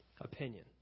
opinion